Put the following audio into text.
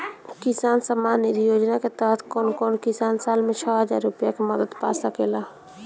किसान सम्मान निधि योजना के तहत कउन कउन किसान साल में छह हजार रूपया के मदद पा सकेला?